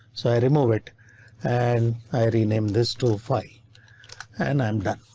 so i remove it an i rename this tool file and i'm done.